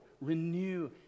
renew